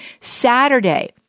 Saturday